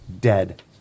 dead